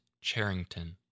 Charrington